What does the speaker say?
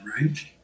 right